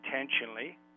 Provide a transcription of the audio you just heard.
intentionally